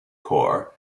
corps